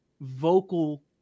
vocal